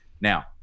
Now